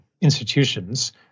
institutions